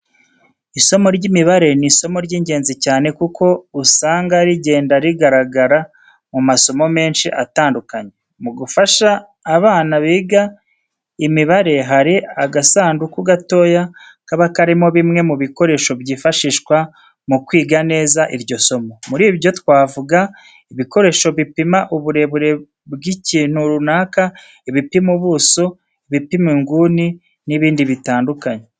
Isomo ry'imibare ni isomo ry'ingenzi cyane kuko usanga rigenda rigaragara mu masomo menshi atandukanye. Mu gufasha abana biga imibare hari agasanduku gatoya kaba karimo bimwe mu bikoresho byifashishwa mu kwiga neza iryo somo. Muri byo twavuga ibikoresho bipima uburebure bw'ikintu runaka, ibipima ubuso, ibipima inguni n'ibindi bitandukanye.